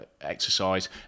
exercise